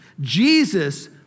Jesus